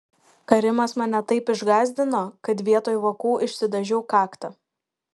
karimas mane taip išgąsdino kad vietoj vokų išsidažiau kaktą